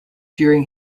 during